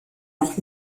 noch